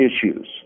issues